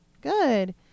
Good